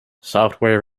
software